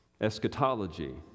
eschatology